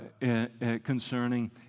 concerning